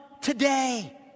today